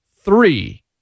three